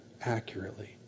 accurately